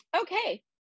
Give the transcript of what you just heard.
okay